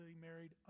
married